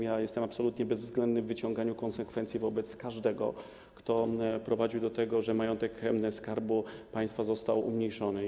Jestem absolutnie bezwzględny w wyciąganiu konsekwencji wobec każdego, kto doprowadził do tego, że majątek Skarbu Państwa został umniejszony.